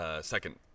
second